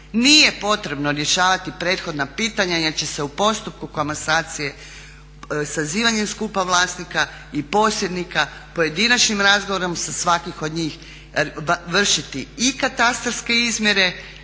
nije potrebno rješavati prethodna pitanja jer će se u postupku komasacije, sazivanjem skupa vlasnika i posjednika pojedinačnim razgovorom sa svakim od njih vršiti i katastarske izmjere